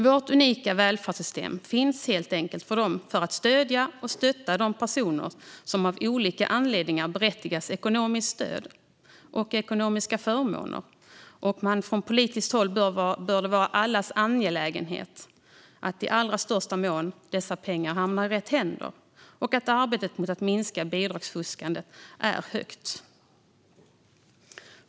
Vårt unika välfärdssystem finns helt enkelt för att stödja och stötta de personer som av olika anledningar är berättigade till ekonomiskt stöd och ekonomiska förmåner. Från politiskt håll bör det vara allas angelägenhet att dessa pengar i allra största mån hamnar i rätt händer och att arbetet mot att minska bidragsfuskandet är starkt.